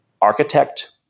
architect